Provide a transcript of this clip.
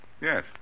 Yes